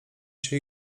się